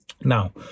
Now